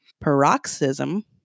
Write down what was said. paroxysm